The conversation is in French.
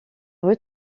rue